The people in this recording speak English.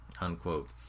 unquote